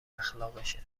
اخلاقشه